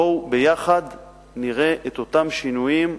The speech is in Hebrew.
בואו נראה ביחד את אותם שינויים,